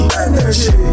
energy